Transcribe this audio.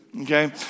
okay